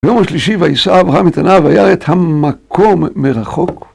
ביום השלישי וישא אברהם את עיניו וירא את המקום מרחוק.